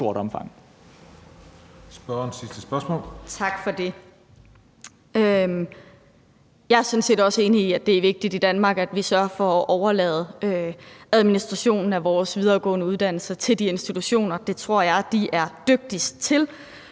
Jeg er sådan set også enig i, at det er vigtigt, at vi i Danmark sørger for at overlade administrationen af vores videregående uddannelser til de institutioner. Det tror jeg de er dygtigst til.